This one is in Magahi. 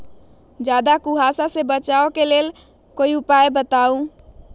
ज्यादा कुहासा से बचाव खातिर कोई उपाय बताऊ?